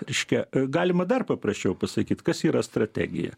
reiškia galima dar paprasčiau pasakyt kas yra strategija